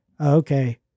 okay